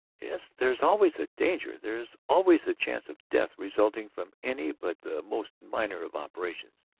yes. there is always the danger, there is always the chance of death resulting from any but the most minor of operations.